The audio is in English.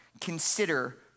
consider